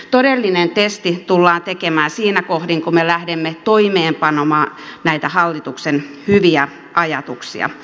todellinen testi tullaan tekemään siinä kohdin kun me lähdemme toimeenpanemaan näitä hallituksen hyviä ajatuksia